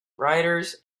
writers